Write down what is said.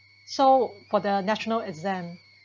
so for the national exam